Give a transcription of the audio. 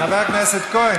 מאיר,